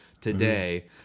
today